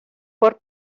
por